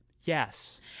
Yes